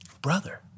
brother